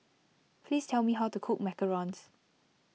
please tell me how to cook Macarons